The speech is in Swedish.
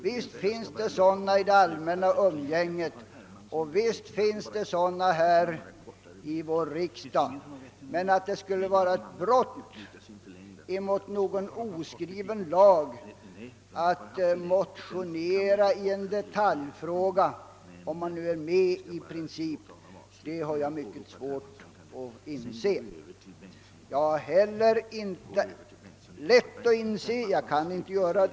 Visst finns det sådana i det allmänna umgänget liksom också i riksdagen, men att det skulle vara ett brott mot någon oskriven lag att motionera över huvud taget och än mindre i en detaljfråga där det föreligger överensstämmelse i princip har jag svårt att inse.